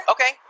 Okay